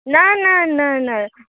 न न न न